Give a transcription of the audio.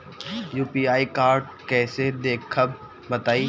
UPI code कैसे देखब बताई?